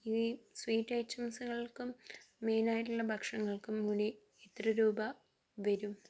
ഈ സ്വീറ്റ് ഐറ്റംസുകൾക്കും മെയിനായിട്ടുള്ള ഭക്ഷണങ്ങൾക്കും കൂടി എത്ര രൂപ വരും